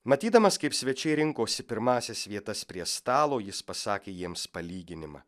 matydamas kaip svečiai rinkosi pirmąsias vietas prie stalo jis pasakė jiems palyginimą